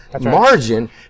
margin